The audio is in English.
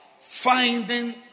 finding